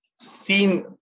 seen